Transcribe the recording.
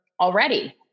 already